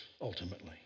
ultimately